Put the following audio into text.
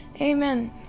Amen